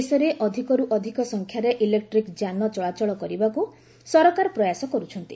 ଦେଶରେ ଅଧିକରୁ ଅଧିକ ସଂଖ୍ୟାରେ ଇଲେକ୍ଟ୍ରିକ୍ ଯାନ ଚଳାଚଳ କରିବାକୁ ସରକାର ପ୍ରୟାସ କରୁଛନ୍ତି